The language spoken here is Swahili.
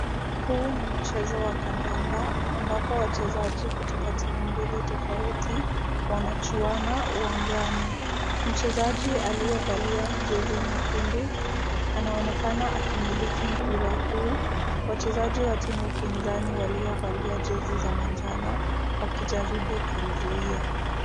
Huu ni mchezo wa kandanda, ambapo wachezaji kutoka timu mbili tofauti wanachuana uwanjani. Mchezaji aliyevalia jezi nyekundu, anaonekana akimiliki mpira huu, wachezaji wa timu pinzani waliovalia jezi za manjano, wakijaribu kumzuia.